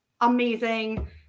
amazing